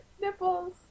Nipples